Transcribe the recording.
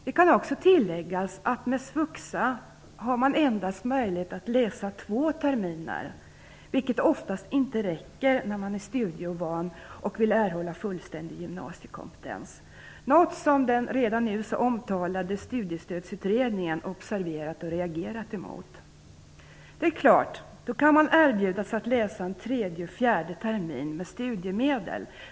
Det kan också tilläggas att med svuxa har man endast möjlighet att läsa två terminer, vilket oftast inte räcker om man är studieovan och vill erhålla fullständig gymnasiekompetens. Det är något som den redan nu så omtalade Studiestödsutredningen observerat och reagerat mot. Man kan naturligtvis erbjudas att läsa en tredje och fjärde termin med studiemedel.